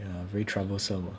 ya very troublesome